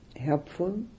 helpful